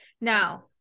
Now